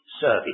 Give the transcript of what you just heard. service